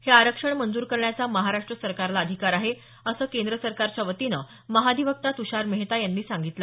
हे आरक्षण मंजूर करण्याचा महाराष्ट्र सरकारला अधिकार आहे असं केंद्र सरकारच्या वतीनं महाधिवक्ता त्षार मेहता यांनी सांगितलं